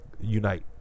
unite